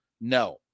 No